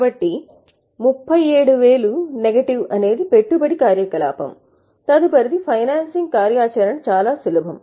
కాబట్టి 37000 నెగటివ్ అనేది పెట్టుబడి కార్యకలాపం తదుపరిది ఫైనాన్సింగ్ కార్యాచరణ చాలా సులభం